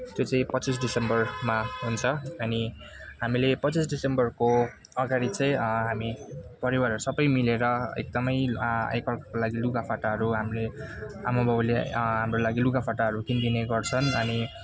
त्यो चाहिँ पच्चिस डिसेम्बरमा हुन्छ अनि हामीले पच्चिस डिसेम्बरको अगाडि चाहिँ हामी परिवारहरू सबै मिलेर एकदमै एकअर्काको लागि लुगाफाटाहरू हामीले आमाबाउले हाम्रो लागि लुगाफाटाहरू किनिदिने गर्छन् अनि